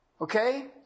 Okay